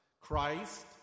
Christ